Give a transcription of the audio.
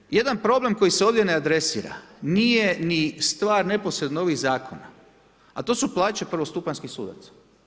Zato što jedan problem koji se ovdje ne adresira nije ni stvar neposredno ovih zakona, a to su plaće prvostupanjskih sudaca.